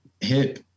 hip